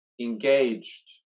engaged